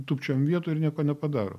tūpčiojam vietoj ir nieko nepadaro